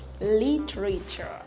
literature